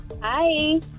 hi